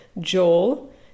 Joel